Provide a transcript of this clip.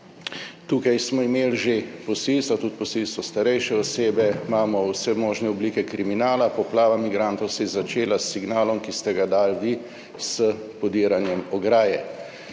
Tukaj smo imeli že posilstva, tudi posilstvo starejše osebe, imamo vse možne oblike kriminala. Poplava migrantov se je začela s signalom, ki ste ga dali vi, s podiranjem ograje.